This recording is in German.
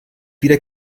wieder